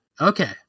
Okay